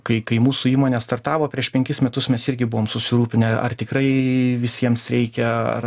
kai kai mūsų įmonė startavo prieš penkis metus mes irgi buvom susirūpinę ar tikrai visiems reikia ar